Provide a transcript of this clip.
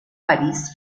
parís